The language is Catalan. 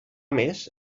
més